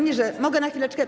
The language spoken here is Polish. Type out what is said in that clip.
Mogę na chwileczkę?